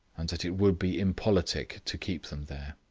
and that it would be impolitic to keep them there.